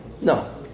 No